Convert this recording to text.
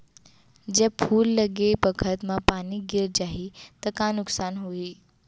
जब फूल लगे बखत म पानी गिर जाही त का नुकसान होगी?